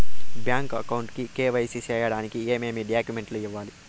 Bank account కు KYC సేయడానికి ఏమేమి డాక్యుమెంట్ ఇవ్వాలి?